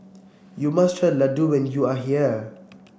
you must try Ladoo when you are here